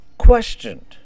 questioned